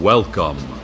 Welcome